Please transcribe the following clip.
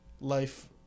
Life